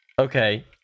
okay